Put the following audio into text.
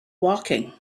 woking